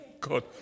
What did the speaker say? God